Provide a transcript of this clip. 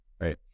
right